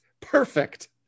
perfect